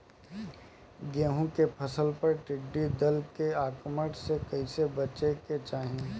गेहुँ के फसल पर टिड्डी दल के आक्रमण से कईसे बचावे के चाही?